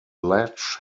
latch